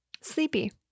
Sleepy